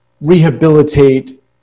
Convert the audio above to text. rehabilitate